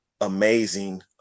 amazing